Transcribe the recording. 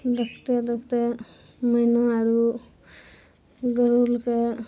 देखते देखते मैना आरू गरुरके